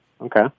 Okay